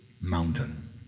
mountain